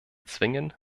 zwingen